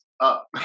up